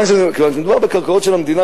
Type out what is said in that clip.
כיוון שמדובר בקרקעות של המדינה,